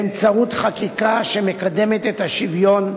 באמצעות חקיקה שמקדמת את השוויון,